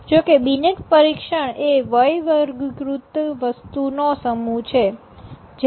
જો કે બિનેટ પરીક્ષણ એ વય વર્ગીકૃત વસ્તુ નો સમૂહ છે